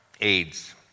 AIDS